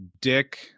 Dick